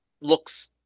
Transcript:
looks